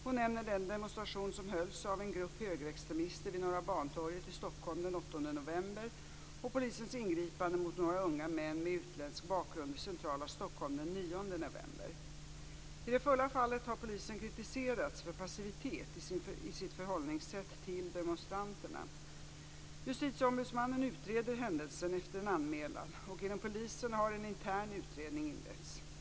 Hon nämner den demonstration som hölls av en grupp högerextremister vid Norra Bantorget i Stockholm den 8 november och polisens ingripande mot några unga män med utländsk bakgrund i centrala Stockholm den 9 november. I det förra fallet har polisen kritiserats för passivitet i sitt förhållningssätt till demonstranterna. Justitieombudsmannen utreder händelsen efter en anmälan, och inom polisen har en intern utredning inletts.